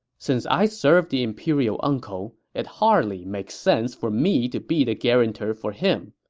since i serve the imperial uncle, it hardly makes sense for me to be the guarantor for him.